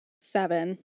seven